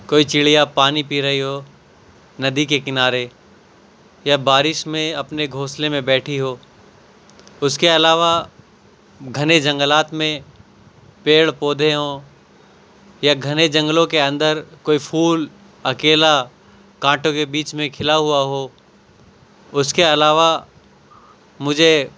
کوئی چڑیا پانی پی رہی ہو ندی کے کنارے یا بارش میں اپنے گھونسلے میں بیٹھی ہو اس کے علاوہ گھنے جنگلات میں پیڑ پودے ہوں یا گھنے جنگلوں کے اندر کوئی پھول اکیلا کانٹوں کے بیچ میں کِھلا ہوا ہو اس کے علاوہ مجھے